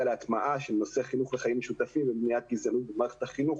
להטמעה של נושא חינוך לחיים משותפים ומניעת גזענות במערכת החינוך.